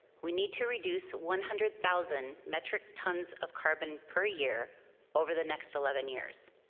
we need to reduce one hundred thousand metric tons of carbon per year over the next eleven years.